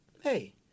Hey